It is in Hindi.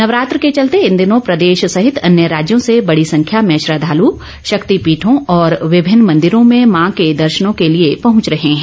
नवरात्र के चलते इन दिनों प्रदेश सहित अन्य राज्यों से बड़ी संख्या में श्रद्धालु शक्तिपीठों और विभिन्न मंदिरों मां के दर्शनों के लिए पहुंच रहे हैं